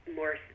more